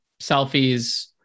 selfies